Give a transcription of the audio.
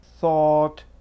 thought